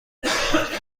حرف